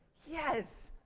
yes!